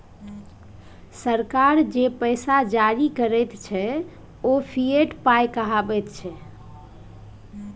सरकार जे पैसा जारी करैत छै ओ फिएट पाय कहाबैत छै